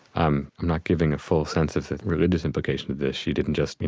i'm not giving a full sense of the religious implication of this. she didn't just, you